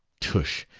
tush,